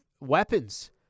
weapons